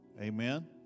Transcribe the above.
Amen